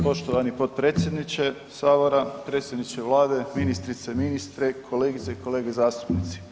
Poštovani potpredsjedniče sabora, predsjedniče vlade, ministrice i ministre, kolegice i kolege zastupnici.